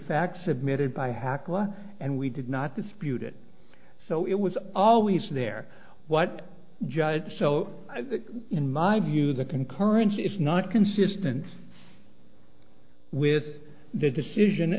facts submitted by hakka and we did not dispute it so it was always there what judge so in my view the concurrence if not consistent with the decision